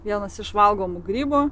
vienas iš valgomų grybų